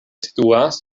situas